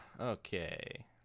Okay